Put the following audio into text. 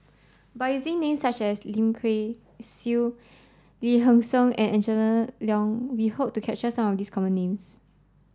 by using names such as Lim Kay Siu Lee Hee Seng and Angela Liong we hope to capture some of the common names